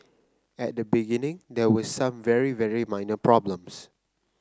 at the beginning there were some very very minor problems